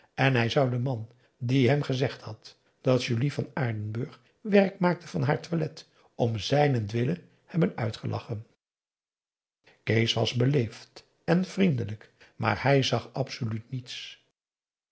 en hij zou den man die hem gezegd had dat julie van aardenburg werk maakte van haar toilet om zijnentwille hebben uitgelachen kees was beleefd en vriendelijk maar hij zag absoluut niets